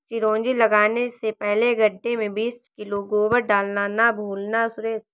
चिरौंजी लगाने से पहले गड्ढे में बीस किलो गोबर डालना ना भूलना सुरेश